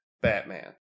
batman